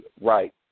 right